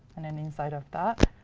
and then inside of that,